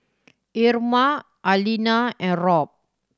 Irma Alina and Robb